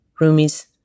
Rumi's